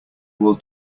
will